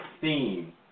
theme